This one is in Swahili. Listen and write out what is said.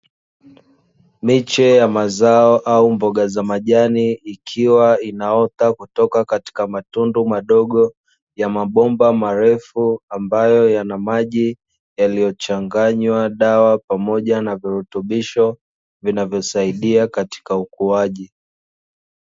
Miche ya mazao au mboga za majani ikiwa inaota kutoka katika matundu madogo, ya mabomba marefu ambayo yana maji yaliyochanganywa dawa pamoja na virutubisho, vinavyosaidia katika ukuaji.